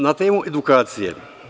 Na temu edukacije.